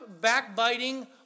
backbiting